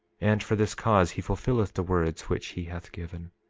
and for this cause he fulfilleth the words which he hath given,